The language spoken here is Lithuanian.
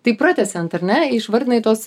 tai pratęsiant ar ne išvardinai tuos